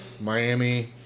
Miami